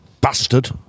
Bastard